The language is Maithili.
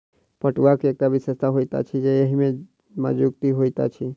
पटुआक एकटा विशेषता होइत अछि जे एहि मे मजगुती होइत अछि